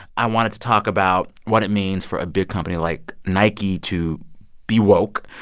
i wanted to talk about what it means for a big company like nike to be woke,